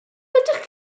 ydych